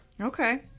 Okay